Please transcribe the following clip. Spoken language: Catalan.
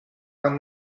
amb